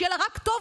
שיהיה לה רק טוב,